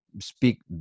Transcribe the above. speak